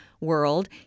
world